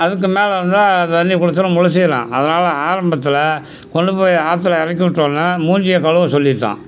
அதுக்கு மேலே இருந்தால் தண்ணி கொடுச்சோனே முழிச்சிக்கிலாம் அதனால் ஆரம்பத்தில் கொண்டு போய் ஆற்றுல இறக்கி விட்டோன்னா மூஞ்சிய கழுவ சொல்லிட்டோம்